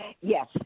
Yes